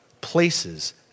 places